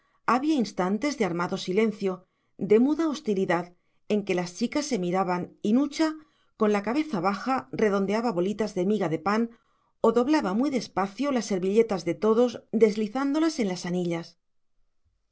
había instantes de armado silencio de muda hostilidad en que las chicas se miraban y nucha con la cabeza baja redondeaba bolitas de miga de pan o doblaba muy despacio las servilletas de todos deslizándolas en las anillas